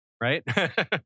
Right